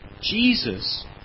Jesus